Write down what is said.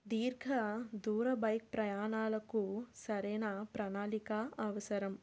దీర్ఘ దూర బైక్ ప్రయాణాలకు సరైన ప్రణాళిక అవసరం